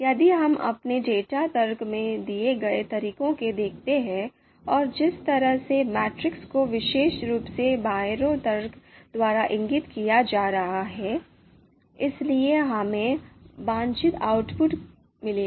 यदि हम अपने डेटा तर्क में दिए गए तरीके को देखते हैं और जिस तरह से मैट्रिक्स को विशेष रूप से बायरो तर्क द्वारा इंगित किया जा रहा है इसलिए हमें वांछित आउटपुट मिलेगा